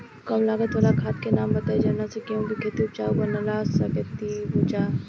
कम लागत वाला खाद के नाम बताई जवना से गेहूं के खेती उपजाऊ बनावल जा सके ती उपजा?